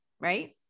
Right